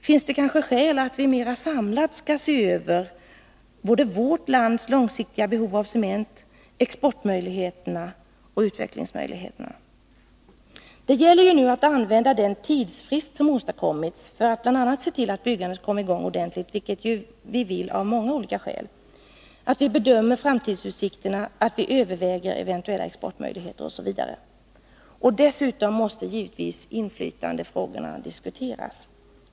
Finns det kanske skäl att mera samlat se över vårt lands långsiktiga behov av cement, exportmöjligheter och utvecklingsmöjligheter? Det gäller ju nu att använda den tidsfrist som åtstadkommits för att se till att byggandet kommer i gång ordentligt — vilket vi ju vill av många olika skäl —, för att bedöma framtidsutsikterna, överväga eventuella exportmöjligheter osv. Dessutom måste givetvis inflytandefrågorna diskuteras.